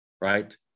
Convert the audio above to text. right